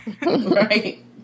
Right